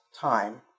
time